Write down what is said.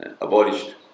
abolished